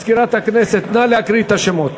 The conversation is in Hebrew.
מזכירת הכנסת, נא להקריא את השמות.